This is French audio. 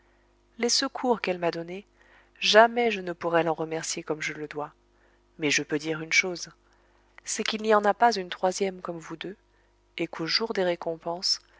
les secours qu'elle m'a donnés jamais je ne pourrai l'en remercier comme je le dois mais je peux dire une chose c'est qu'il n'y en a pas une troisième comme vous deux et qu'au jour des récompenses